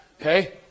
Okay